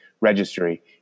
registry